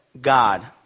God